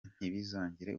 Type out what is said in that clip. ntibizongere